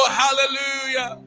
hallelujah